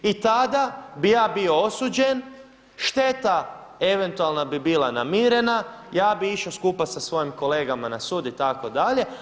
I tada bih ja bio osuđen, šteta eventualna bi bila namirena i ja bih išao skupa sa svojim kolegama na sud itd.